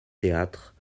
théâtre